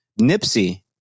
Nipsey